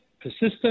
persistent